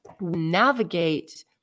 navigate